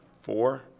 four